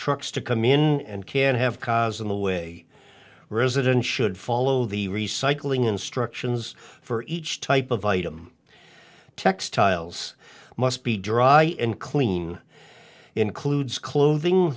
trucks to come in and can have cars in the way resident should follow the recycling instructions for each type of item textiles must be dry and clean includes clothing